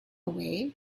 way